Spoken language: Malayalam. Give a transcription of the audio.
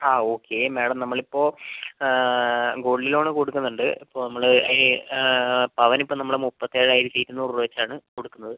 ആ ഓക്കെ മാഡം നമ്മൾ ഇപ്പോൾ ഗോൾഡ് ലോണ് കൊടുക്കുന്നുണ്ട് അപ്പോൾ നമ്മള് അത് പവൻ ഇപ്പം നമ്മള് മുപ്പത്തേഴായിരത്തി ഇരുന്നൂറ് രൂപ വെച്ച് ആണ് കൊടുക്കുന്നത്